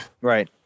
Right